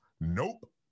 nope